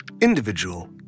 individual